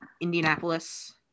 indianapolis